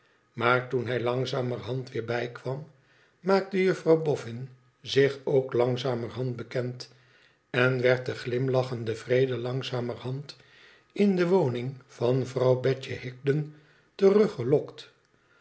maar toen hij langzamerhand weer bijkwam maakte juffrouw boffin zich ook langzamerhand bekend en werd de glimlachende vrede langzamerhand in de woning van vrouw betje higden